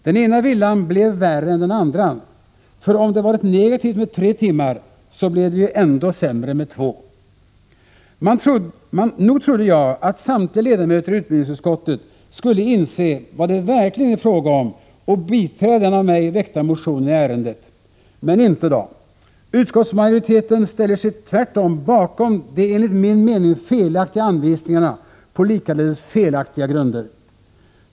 Den ena villan blev värre än den andra, för om det varit negativt med tre timmar så blev det ju ännu sämre med två. Nog trodde jag att samtliga ledamöter i utbildningsutskottet skulle inse vad det verkligen är fråga om och biträda den av mig väckta motionen i ärendet. Men inte, då! Utskottsmajoriteten ställer sig tvärtom bakom de enligt min mening felaktiga anvisningarna på likaledes felaktiga grunder.